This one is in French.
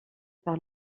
par